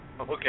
Okay